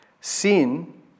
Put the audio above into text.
Sin